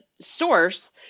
source